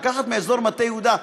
לקחת מאזור מטה-יהודה,